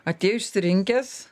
atėjo išsirinkęs